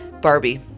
barbie